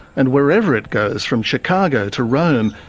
and wherever it goes, from chicago to rome,